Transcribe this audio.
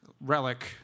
relic